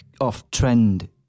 off-trend